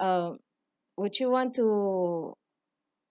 uh would you want to